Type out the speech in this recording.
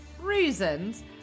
reasons